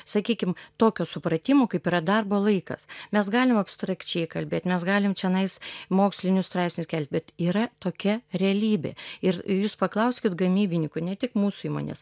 sakykim tokio supratimo kaip yra darbo laikas mes galim abstrakčiai kalbėt mes galim čionais mokslinius straipsnius kelt bet yra tokia realybė ir jūs paklauskit gamybininkų ne tik mūsų įmonės